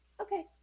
Okay